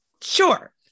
sure